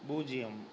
பூஜ்யம்